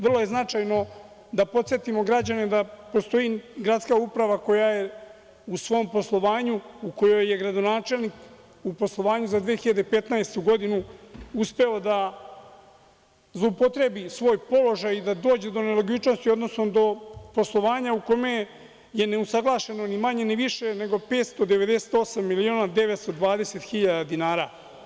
Vrlo je značajno da podsetimo da postoji gradska uprava koja je u svom poslovanju, a u kojoj je gradonačelnik u poslovanju za 2015. godinu uspeo da zloupotrebi svoj položaj, dođe do nelogičnosti, odnosno do poslovanja u kome je neusaglašeno, ni manje, ni više, nego 598 miliona 920 hiljada dinara.